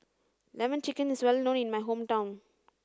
lemon chicken is well known in my hometown